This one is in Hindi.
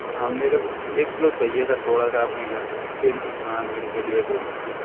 हाँ मेरे को एक किलो चाहिए सर थोड़ा सा आपने घर के लिए खाने के लिए बोनी है सर